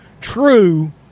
true